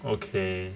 okay